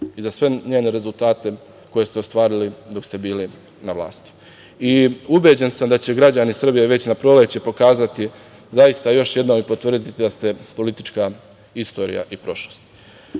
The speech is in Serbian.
i za sve njene rezultate koje ste ostvarili dok ste bili na vlasti. Ubeđen sam da će građani Srbije već na proleće pokazati, zaista još jednom i potvrditi da ste politička istorija i prošlost. Na